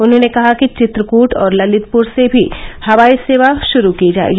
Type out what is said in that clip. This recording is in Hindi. उन्होंने कहा कि चित्रकूट और ललितपुर से भी हवाई सेवा शुरू की जाएगी